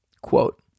Quote